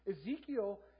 Ezekiel